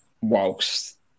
whilst